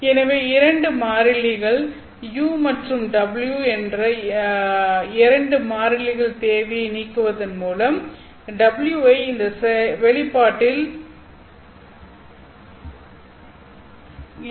எனவே இரண்டு மாறிலிகள் u மற்றும் w என்ற இரண்டு மாறிலிகள் தேவையை நீக்குவதன் மூலம் w ஐ இந்த வெளிப்பாட்டில் சேர்க்கலாம்